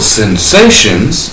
sensations